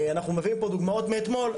אנחנו מביאים פה דוגמאות מאתמול,